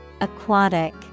Aquatic